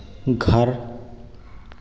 घर